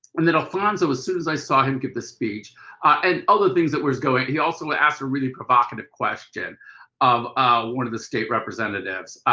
and then alfonso, as soon as i saw him give the speech and other things that was going he also ah asked a really provocative question of one of the state representatives.